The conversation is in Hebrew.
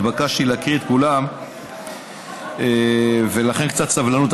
התבקשתי להקריא את כולם, ולכן, קצת סבלנות.